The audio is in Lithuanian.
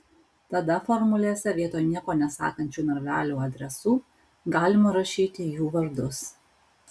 tada formulėse vietoj nieko nesakančių narvelių adresų galima rašyti jų vardus